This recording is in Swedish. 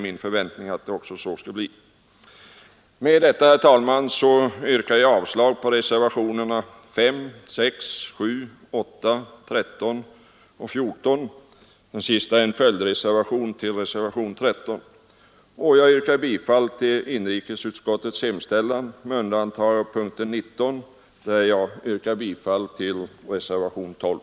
Med dessa ord, herr talman, yrkar jag avslag på reservationerna 5, 6, 7, 8, 13 och 14 — den sistnämnda en följdreservation till reservationen 13 — och bifall till inrikesutskottets hemställan med undantag av punkten 19, där jag yrkar bifall till reservationen 12.